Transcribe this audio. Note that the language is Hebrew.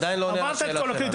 עדיין אתה לא עונה על השאלה שלנו.